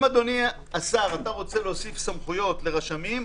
אם אתה, אדוני השר, רוצה להוסיף סמכויות לרשמים,